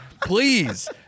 Please